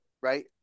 Right